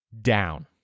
down